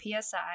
PSI